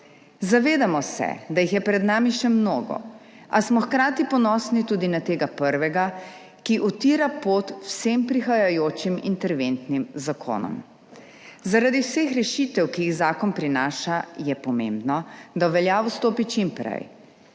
Zavedamo se, da jih je pred nami še mnogo, a smo hkrati ponosni tudi na tega prvega, ki utira pot vsem prihajajočim interventnim zakonom. Zaradi vseh rešitev, ki jih zakon prinaša, je pomembno, da v veljavo stopi čim prej,